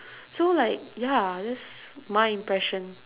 so like ya that's my impression